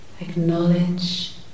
Acknowledge